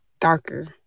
darker